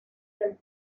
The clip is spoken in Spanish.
del